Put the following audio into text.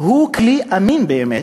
הוא כלי אמין, באמת,